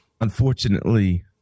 unfortunately